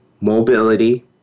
mobility